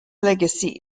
legacy